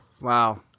Wow